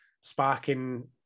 sparking